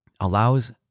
allows